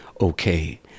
okay